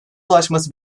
ulaşması